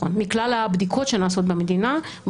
מכלל הבדיקות שנעשות במדינה.